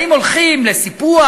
האם הולכים לסיפוח?